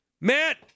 Matt